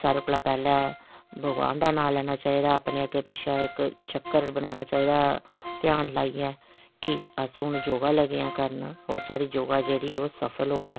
सारे कोला पैह्लें भगवान दा नांऽ लैना चाहिदा अपने अग्गे पिच्छें इक चक्कर बनाना चाहिदा ध्यान लाइये कि अस हून योगा लग्गे आं करन होर साढ़ी योगा जेह्ड़ी ओह् सफल होऐ